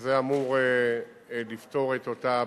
וזה אמור לפתור את אותה בעיה.